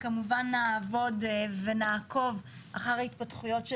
וכמובן נעבוד ונעקוב אחר ההתפתחויות של